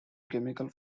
chemical